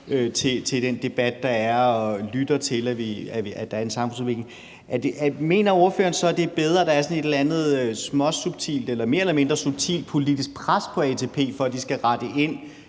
til den debat, der er, og lytter til, at der er en samfundsudvikling. Mener ordføreren så, det er bedre, at der er sådan et eller andet mere eller mindre subtilt politisk pres på ATP for, at de skal rette ind,